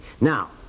Now